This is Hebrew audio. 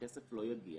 הכסף לא יגיע,